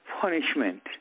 punishment